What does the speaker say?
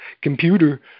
computer